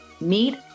Meet